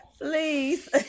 Please